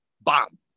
Bomb